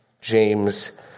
James